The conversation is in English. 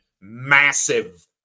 massive